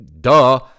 duh